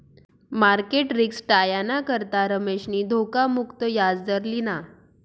market risk टायाना करता रमेशनी धोखा मुक्त याजदर लिना